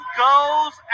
goes